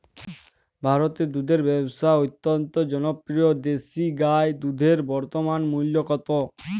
ভারতে দুধের ব্যাবসা অত্যন্ত জনপ্রিয় দেশি গাই দুধের বর্তমান মূল্য কত?